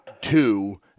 two